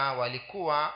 walikuwa